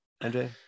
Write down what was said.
Andre